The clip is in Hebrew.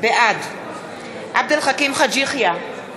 בעד עבד אל חכים חאג' יחיא,